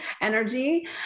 energy